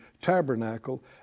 tabernacle